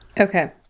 okay